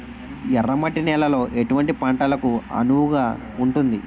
ఎర్ర మట్టి నేలలో ఎటువంటి పంటలకు అనువుగా ఉంటుంది?